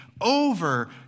over